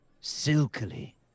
silkily